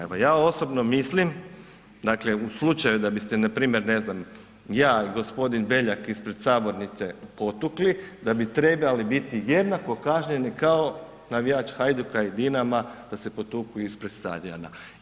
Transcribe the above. Evo ja osobno mislim, dakle u slučaju da bi npr. ne znam ja i gospodin Beljak ispred sabornice potukli da bi trebali biti jednako kažnjeni kao navijač Hajduka i Dinama da se potuku ispred stadiona.